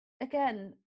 again